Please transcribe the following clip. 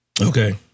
okay